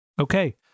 Okay